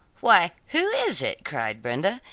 why, who is it? cried brenda,